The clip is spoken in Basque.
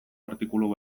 artikulu